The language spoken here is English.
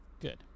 Good